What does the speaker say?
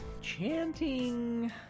Chanting